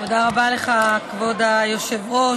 תודה רבה לך, כבוד היושב-ראש.